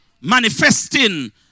manifesting